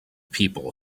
people